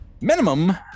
Minimum